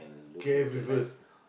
kay people